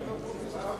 נתקבל.